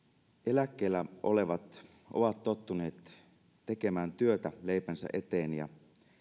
eläkkeellä olevat ovat tottuneet tekemään työtä leipänsä eteen ja